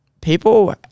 people